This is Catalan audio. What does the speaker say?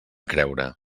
creure